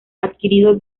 adquirido